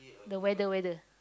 the weather weather